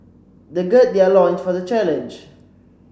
they gird their loins for the challenge